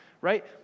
right